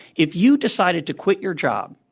if you decided to quit your job,